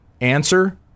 Answer